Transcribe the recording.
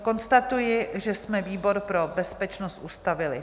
Konstatuji, že jsme výbor pro bezpečnost ustavili.